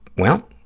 well,